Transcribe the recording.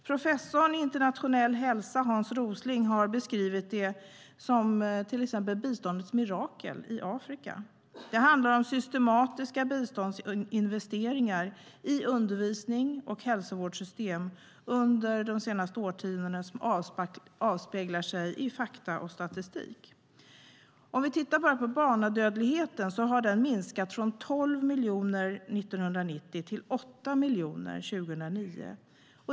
Professorn i internationell hälsa Hans Rosling har beskrivit biståndets mirakel i Afrika. Det handlar om systematiska biståndsinvesteringar i undervisning och hälsovårdssystem under de senaste årtiondena som avspeglar sig i fakta och statistik. Låt oss titta på barnadödligheten. Den har minskat från 12 miljoner 1990 till 8 miljoner 2009.